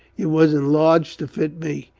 it was enlarged to fit me.